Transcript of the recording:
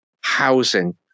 housing